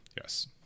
Yes